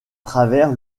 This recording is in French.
travers